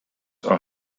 are